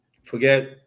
Forget